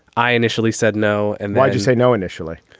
i initially said no. and why'd you say no initially.